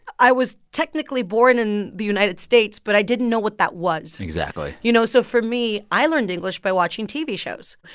i was technically born in the united states, but i didn't know what that was exactly you know, so for me, i learned english by watching tv shows.